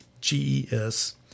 Ges